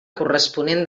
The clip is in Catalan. corresponent